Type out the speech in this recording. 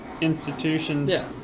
institutions